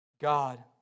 God